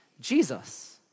Jesus